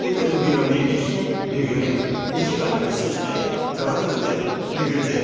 इक दूऐ बन्दे दी दिक्खियै बिगड़दे न इ'यै गल्ल में तुसें ई सनाया कि ग्रांऽ दे बन्दे बिगड़दे न